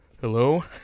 Hello